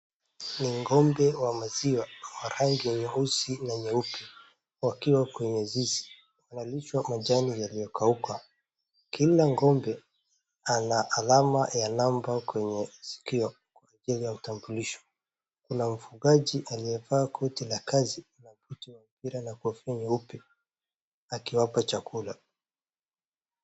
Ni ng'ombe wa maziwa wa rangi nyeusi na nyeupe wakiwa kwenye zizi wanalishwa majani yaliyokauka. Kila ng'ombe ana alama ya namba kwenye sikio kwa ajili ya utambulisho. Kuna mfugaji aliyevaa koti la kazi na koti wa mpira la kofia nyeupe akiwapa chakula.